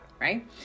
right